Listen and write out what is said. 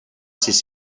sis